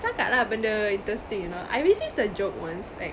cakap lah benda interesting you know I received a joke once like